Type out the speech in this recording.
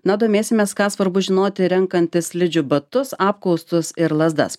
na domėsimės ką svarbu žinoti renkantis slidžių batus apkaustus ir lazdas